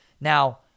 Now